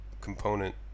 component